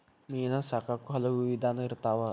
ಮೇನಾ ಸಾಕಾಕು ಹಲವು ವಿಧಾನಾ ಇರ್ತಾವ